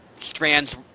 strands